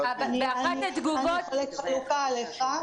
זה --- אני חלוקה עליך.